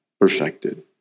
perfected